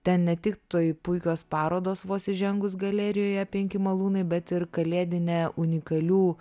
ten ne tik toj puikios parodos vos įžengus galerijoje penki malūnai bet ir kalėdinė unikalių